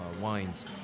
wines